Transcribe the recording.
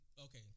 okay